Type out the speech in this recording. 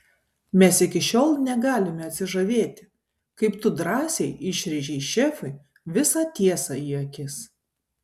mes iki šiol negalime atsižavėti kaip tu drąsiai išrėžei šefui visą tiesą į akis